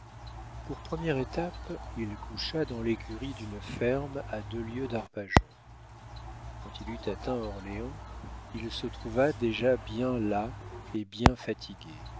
pour première étape il coucha dans l'écurie d'une ferme à deux lieues d'arpajon quand il eut atteint orléans il se trouva déjà bien las et bien fatigué